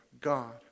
God